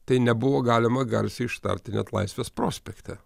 tai nebuvo galima garsiai ištarti net laisvės prospekte